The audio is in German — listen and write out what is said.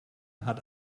hat